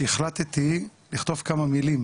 שהחלטתי לכתוב כמה מילים